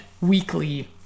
weekly